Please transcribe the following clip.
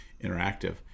Interactive